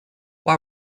why